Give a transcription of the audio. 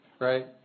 Right